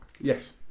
Yes